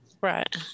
right